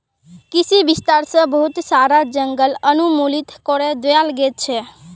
कृषि विस्तार स बहुत सारा जंगल उन्मूलित करे दयाल गेल छेक